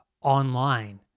online